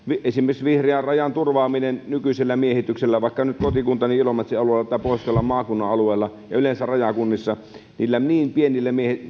esimerkiksi vihreän rajan turvaamisessa nykyisellä miehityksellä vaikka nyt kotikuntani ilomatsin alueella tai pohjois karjalan maakunnan alueella ja yleensä rajakunnissa niillä niin pienillä